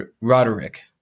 Roderick